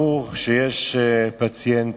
ברור שיש פציינט,